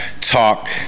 talk